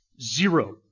Zero